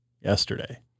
yesterday